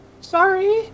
Sorry